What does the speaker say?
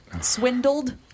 swindled